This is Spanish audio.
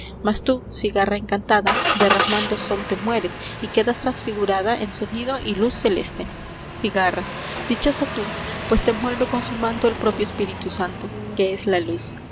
mss tú cigarra encantada derramando son te mueres y quedas trasfigurada en sonido y luz celeste cigarra dichosa tú pues te envuelve con su manto el propio espíritu santo que es la luz